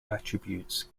attributes